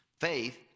Faith